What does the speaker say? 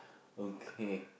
okay